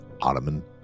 Ottoman